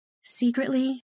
Secretly